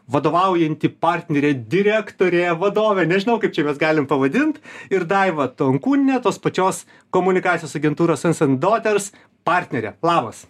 vadovaujanti partnerė direktorė vadovė nežinau kaip čia mes galim pavadint ir daiva tonkūnienė tos pačios komunikacijos agentūros sons and daughters partnerė labas